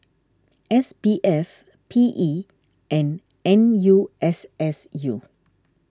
S B F P E and N U S S U